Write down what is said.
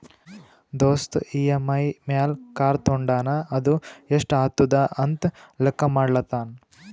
ದೋಸ್ತ್ ಇ.ಎಮ್.ಐ ಮ್ಯಾಲ್ ಕಾರ್ ತೊಂಡಾನ ಅದು ಎಸ್ಟ್ ಆತುದ ಅಂತ್ ಲೆಕ್ಕಾ ಮಾಡ್ಲತಾನ್